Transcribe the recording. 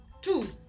Two